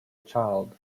child